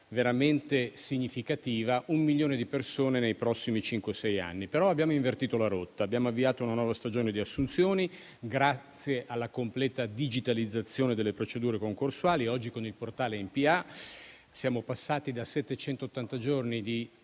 veramente significativa: un milione di persone nei prossimi cinque o sei anni. Abbiamo però invertito la rotta e avviato una nuova stagione di assunzioni. Grazie alla completa digitalizzazione delle procedure concorsuali, oggi, con il portale inPA, siamo passati da